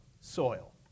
soil